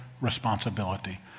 responsibility